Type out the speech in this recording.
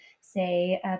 say